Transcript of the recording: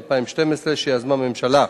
התשע"ב 2012, שיזמה הממשלה.